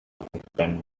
expecting